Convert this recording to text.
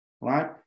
Right